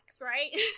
right